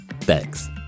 Thanks